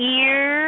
ear